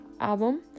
album